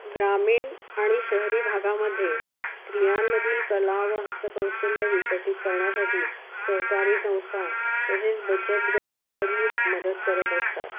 ग्रामीण आणि शहरी भागामध्ये स्त्रियांमधील कला व हस्तकौशल्य विकसित करण्यासाठी सहकारी संस्था तसेच बचत गट इत्यादी मदत करत असतात